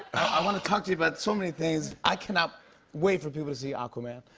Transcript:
i want to talk to you about so many things. i cannot wait for people to see aquaman.